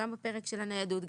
גם בפרק של הניידות,